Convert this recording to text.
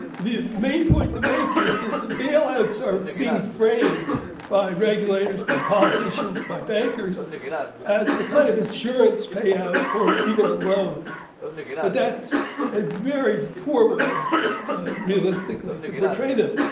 the main point to make is that the bailouts are being framed by regulators, by politicians, by bankers as the kind of insurance payout or even a loan but a very poor way realistically to portray them.